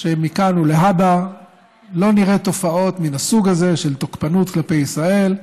שמכאן ולהבא לא נראה תופעות מן הסוג הזה של תוקפנות כלפי ישראל,